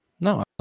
No